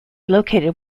located